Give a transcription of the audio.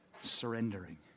Surrendering